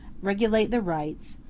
regulate the rights,